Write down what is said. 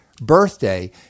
birthday